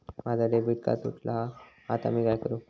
माझा debit card तुटला हा आता मी काय करू?